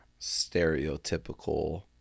stereotypical